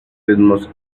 ritmos